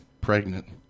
pregnant